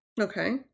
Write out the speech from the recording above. Okay